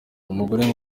umugore